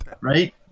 Right